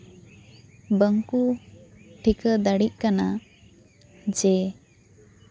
ᱵᱟᱝ ᱠᱚ ᱴᱤᱠᱟᱹᱣ ᱫᱟᱲᱮᱜ ᱠᱟᱱᱟ ᱡᱮ